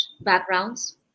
backgrounds